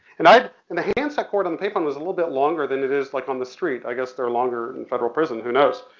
and i'd, and the handset cord on the payphone was a little bit longer than it is like on the street, i guess they're longer in federal prison, who knows.